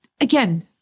again